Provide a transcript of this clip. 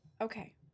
Okay